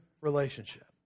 relationship